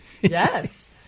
Yes